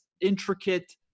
intricate